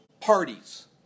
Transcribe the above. parties